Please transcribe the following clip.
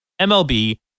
mlb